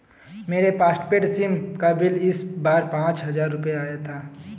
मेरे postpaid sim का bill इस बार पाँच हजार रुपए आया था